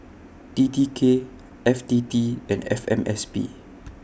T T K F T T and F M S P